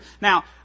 Now